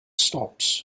stops